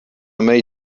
mej